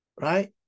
right